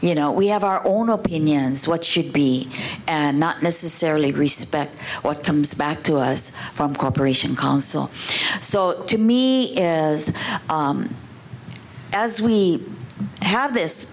you know we have our own opinions what should be and not necessarily respect what comes back to us from cooperation council so to me as we have this